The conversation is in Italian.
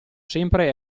sempre